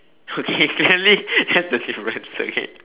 okay apparently that's the difference okay